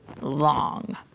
long